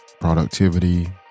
productivity